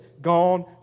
gone